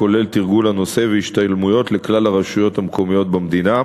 הכוללת תרגול הנושא והשתלמויות לכלל הרשויות המקומיות במדינה,